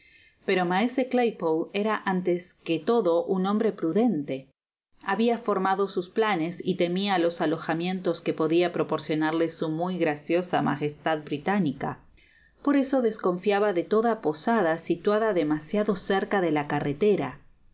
pero maese claypole era antes que todo hombre prudente habia formado sus planes y temia los alojamientos que podia proporcionarle su muy graciosa magostad británica por eso desconfiaba de toda posada situada demasiado cerca de la earretera